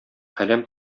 каләм